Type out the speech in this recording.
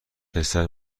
پسر